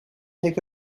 take